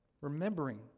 Remembering